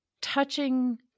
touching